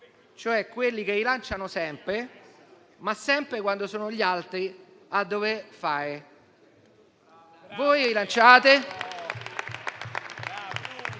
cioè quelli che rilanciano sempre, ma sempre quando sono gli altri a dover fare. *(Applausi.